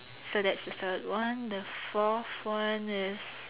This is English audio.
so that's the third one the fourth one is